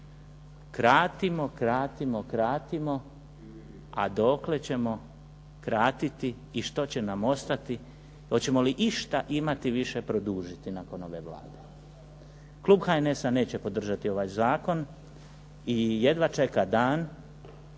Kratimo, kratimo, kratimo, a dokle ćemo kratiti i što će nam ostati, hoćemo li išta imati više produžiti nakon ove Vlade? Klub HNS-a neće podržati ovaj zakon i jedva čeka dan